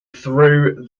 threw